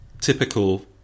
typical